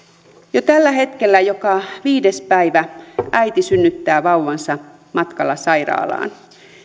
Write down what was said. jo tällä hetkellä joka viides päivä äiti synnyttää vauvansa matkalla sairaalaan